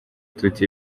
tuti